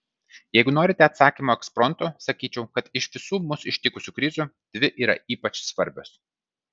jeigu norite atsakymo ekspromtu sakyčiau kad iš visų mus ištikusių krizių dvi yra ypač svarbios